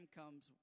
comes